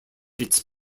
its